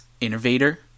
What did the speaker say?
innovator